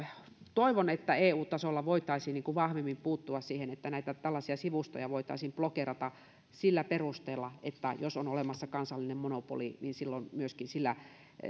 toivon että eu tasolla voitaisiin vahvemmin puuttua siihen että tällaisia sivustoja voitaisiin blokeerata sillä perusteella että jos on olemassa kansallinen monopoli niin silloin